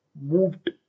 moved